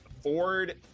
Ford